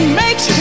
makes